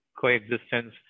coexistence